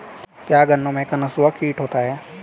क्या गन्नों में कंसुआ कीट होता है?